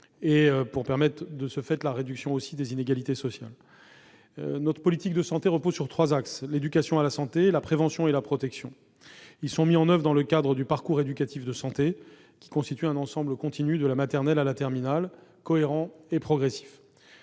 et permettre, de ce fait, la réduction des inégalités sociales. Notre politique de santé repose sur trois axes : l'éducation à la santé, la prévention et la protection. Ces axes sont mis en oeuvre dans le cadre du parcours éducatif de santé, qui constitue un ensemble continu de la maternelle à la terminale, cohérent et progressif.